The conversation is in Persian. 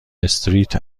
استریت